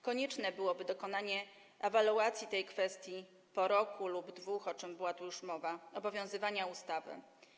Konieczne byłoby dokonanie ewaluacji tej kwestii po roku lub dwóch, o czym była już tu mowa, obowiązywania ustawy.